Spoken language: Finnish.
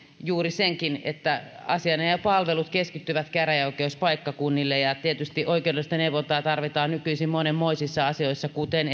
juuri senkin että asianajajapalvelut keskittyvät käräjäoikeuspaikkakunnille ja ja tietysti oikeudellista neuvontaa tarvitaan nykyisin monenmoisissa asioissa kuten